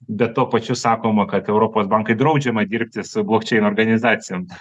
bet tuo pačiu sakoma kad europos bankui draudžiama dirbti su blok čiain organizacijom